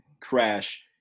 crash